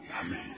Amen